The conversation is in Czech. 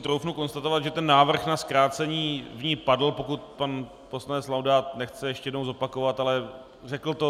Troufnu si konstatovat, že návrh na zkrácení v ní padl, pokud to pan poslanec Laudát nechce ještě jednou zopakovat, ale řekl to.